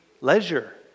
leisure